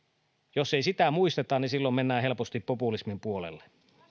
jos ei sitä muisteta niin silloin mennään helposti populismin puolelle